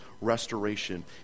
restoration